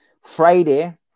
Friday